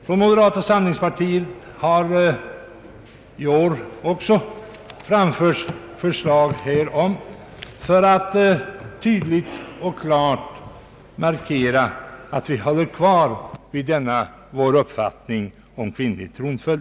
Från moderata samlingspartiet har också i år framförts förslag härom för att tydligt och klart markera att vi håller fast vid vår uppfattning om kvinnlig tronföljd.